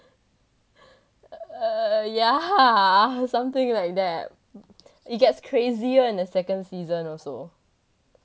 err yeah something like that it gets crazier and the second season also